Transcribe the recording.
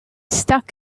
stuck